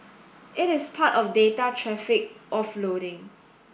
it is part of data traffic offloading